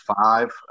five